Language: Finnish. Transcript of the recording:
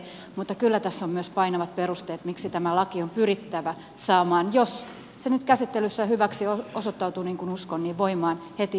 mutta kyllä tässä on myös painavat perusteet miksi tämä laki on pyrittävä saamaan jos se nyt käsittelyssä hyväksi osoittautuu niin kuin uskon voimaan heti vuoden alusta